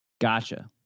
Gotcha